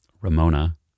Ramona